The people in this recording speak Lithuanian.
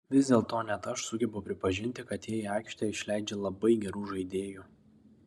vis dėlto net aš sugebu pripažinti kad jie į aikštę išleidžia labai gerų žaidėjų